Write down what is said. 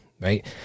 Right